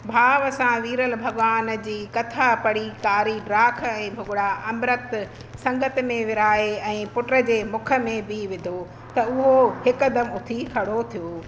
हिन भाव सां वीरल भॻवान जी कथा पढ़ी कारी डाख ऐं भुॻिड़ा अंबृत संगति में विराहे ऐं पुट जे मुख में बि विधो त उहो हिकदमि उथी खड़ो थियो